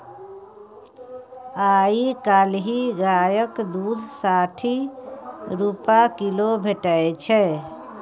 आइ काल्हि गायक दुध साठि रुपा किलो भेटै छै